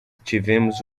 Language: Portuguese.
tivemos